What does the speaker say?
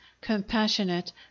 compassionate